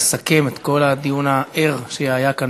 יסכם את כל הדיון הער שהיה כאן,